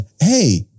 hey